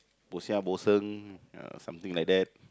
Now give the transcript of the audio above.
bohsia uh something like that